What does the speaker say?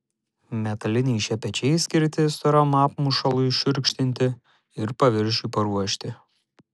metaliniai šepečiai skirti storam apmušalui šiurkštinti ir paviršiui paruošti